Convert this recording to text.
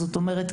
זאת אומרת,